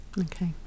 Okay